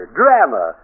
drama